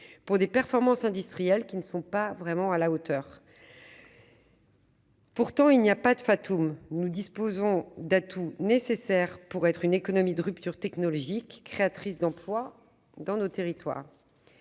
pour des performances industrielles qui n'étaient pas vraiment à la hauteur. Pourtant, il n'y a pas de : la France dispose des atouts nécessaires pour être une économie de rupture technologique, créatrice d'emplois dans les territoires.